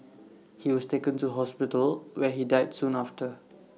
he was taken to hospital where he died soon after